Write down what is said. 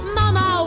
mama